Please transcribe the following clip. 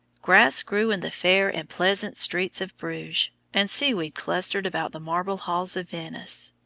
grass grew in the fair and pleasant streets of bruges, and seaweed clustered about the marble halls of venice.